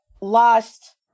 lost